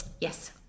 Yes